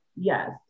Yes